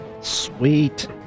Sweet